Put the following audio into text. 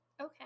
Okay